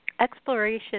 exploration